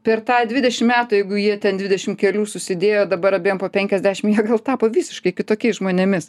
per tą dvidešim metų jeigu jie ten dvidešim kelių susidėjo dabar abiem po penkiasdešim jie gal tapo visiškai kitokiais žmonėmis